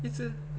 it's a